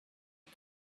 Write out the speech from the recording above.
had